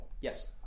Yes